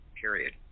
period